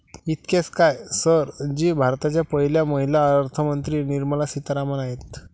इतकेच काय, सर जी भारताच्या पहिल्या महिला अर्थमंत्री निर्मला सीतारामन आहेत